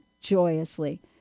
joyously